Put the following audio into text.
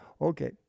Okay